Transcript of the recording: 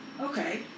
Okay